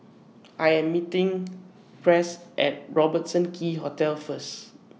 I Am meeting Press At Robertson Quay Hotel First